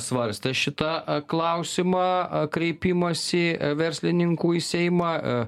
svarstė šitą klausimą kreipimąsi verslininkų į seimą